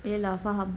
ya lah faham